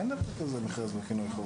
אין דבר כזה מחיר לפינוי חירום.